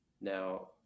now